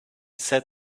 said